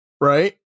right